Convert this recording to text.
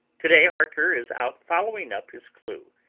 to-day harker is out following up his clue,